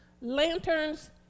lanterns